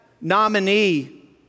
nominee